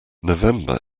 november